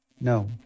No